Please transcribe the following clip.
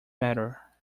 matter